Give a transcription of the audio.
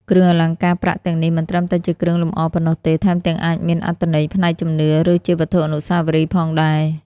គ្រឿងអលង្ការប្រាក់ទាំងនេះមិនត្រឹមតែជាគ្រឿងលម្អប៉ុណ្ណោះទេ ថែមទាំងអាចមានអត្ថន័យផ្នែកជំនឿ ឬជាវត្ថុអនុស្សាវរីយ៍ផងដែរ។